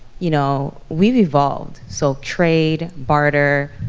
you know, we've evolved. so trade, barter,